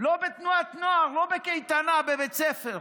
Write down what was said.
לא בתנועת נוער, לא בקייטנה, בבית ספר.